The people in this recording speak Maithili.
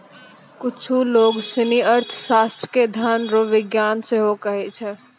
कुच्छु लोग सनी अर्थशास्त्र के धन रो विज्ञान सेहो कहै छै